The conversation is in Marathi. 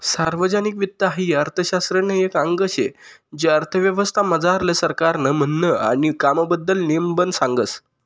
सार्वजनिक वित्त हाई अर्थशास्त्रनं एक आंग शे जे अर्थव्यवस्था मझारलं सरकारनं म्हननं आणि कामबद्दल नेमबन सांगस